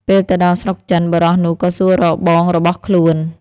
ពេលទៅដល់ស្រុកចិន បុរសនោះក៏សួររកបងរបស់ខ្លួន។